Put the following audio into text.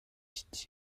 dit